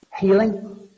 Healing